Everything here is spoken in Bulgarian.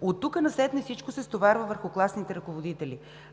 От тук насетне всичко се стоварва върху класните ръководители.